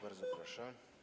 Bardzo proszę.